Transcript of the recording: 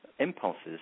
impulses